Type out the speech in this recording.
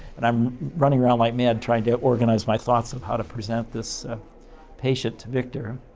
and, i'm running around like mad trying to organize my thoughts of how to present this patient to victor.